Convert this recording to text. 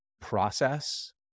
process